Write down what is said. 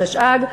התשע"ג,